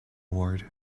award